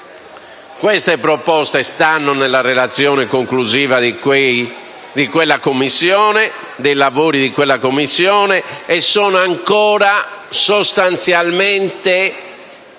Tali proposte sono contenute nella relazione conclusiva dei lavori di quella Commissione, ma sono ancora sostanzialmente